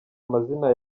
amazina